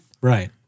Right